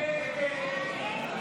הסתייגות 34